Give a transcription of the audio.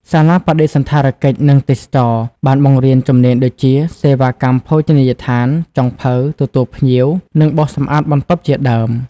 សាលាបដិសណ្ឋារកិច្ច និងទេសចរណ៍ បានបង្រៀនជំនាញដូចជា សេវាកម្មភោជនីយដ្ឋាន ចុងភៅ ទទួលភ្ញៀវ និងបោសសម្អាតបន្ទប់ជាដើម។